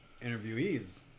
interviewees